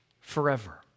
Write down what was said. forever